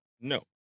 No